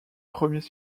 premiers